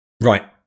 Right